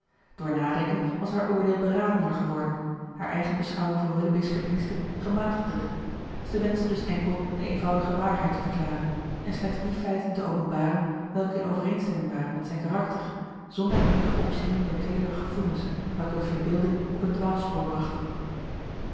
door nadenken was haar oordeel beradener geworden haar eigen beschouwing van willoughby's verdienste gematigder zij wenschte dus enkel de eenvoudige waarheid te verklaren en slechts die feiten te openbaren welke in overeenstemming waren met zijn karakter zonder eenige opsiering door teedere gevoelens welke de verbeelding op een dwaalspoor brachten